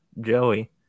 joey